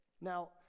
Now